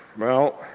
well,